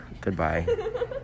Goodbye